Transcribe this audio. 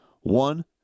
one